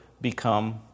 become